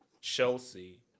chelsea